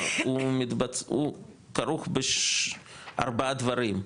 הוא כרוך בארבעה דברים,